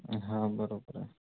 हां बरोबर आहे